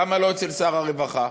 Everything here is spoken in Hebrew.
למה לא אצל שר הרווחה?